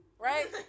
Right